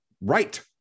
right